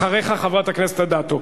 אחריך, חברת הכנסת אדטו.